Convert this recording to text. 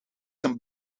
een